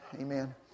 Amen